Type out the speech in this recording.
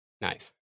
Nice